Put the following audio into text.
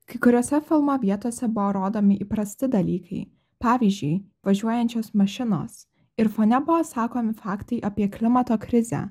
kai kuriose filmo vietose buvo rodomi įprasti dalykai pavyzdžiui važiuojančios mašinos ir fone buvo sakomi faktai apie klimato krizę